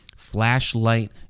flashlight